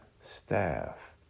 staff